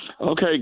Okay